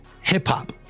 hip-hop